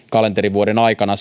kalenterivuoden aikana